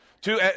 two